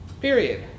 period